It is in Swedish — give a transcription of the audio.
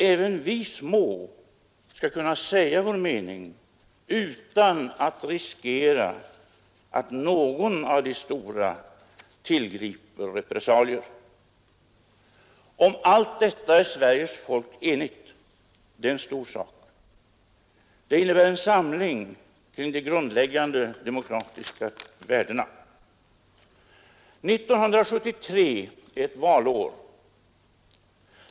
Även vi små skall kunna säga vår mening utan att riskera att någon av de stora tillgriper repressalier. Om allt detta står Sveriges folk enigt. Det är en stor sak. Det innebär en samling kring de grundläggande demokratiska värdena. 1973 är ett valår.